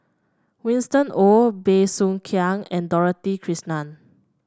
Winston Oh Bey Soo Khiang and Dorothy Krishnan